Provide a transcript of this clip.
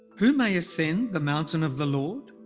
who may ascend the mountain of the lord?